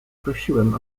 prosiłem